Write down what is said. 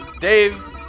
Dave